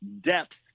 depth